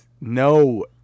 No